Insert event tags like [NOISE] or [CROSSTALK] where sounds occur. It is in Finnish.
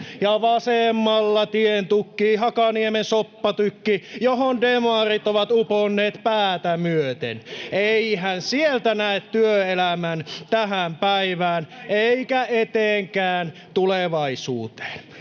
ja vasemmalla tien tukkii Hakaniemen soppatykki, johon demarit ovat uponneet päätä myöten. [LAUGHS] Eihän sieltä näe työelämän tähän päivään — eikä etenkään tulevaisuuteen.